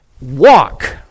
walk